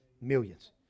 Millions